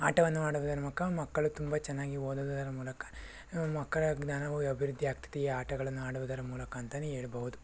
ಆಟವನ್ನು ಆಡುವುದರ ಮೂಕ ಮಕ್ಕಳು ತುಂಬ ಚೆನ್ನಾಗಿ ಓದುವುದರ ಮೂಲಕ ಮಕ್ಕಳ ಜ್ಞಾನವು ಅಭಿವೃದ್ಧಿಯಾಗ್ತದೆ ಈ ಆಟಗಳನ್ನು ಆಡುವುದರ ಮೂಲಕ ಅಂತಲೇ ಹೇಳ್ಬಹುದು